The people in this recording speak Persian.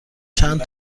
چند